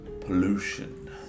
Pollution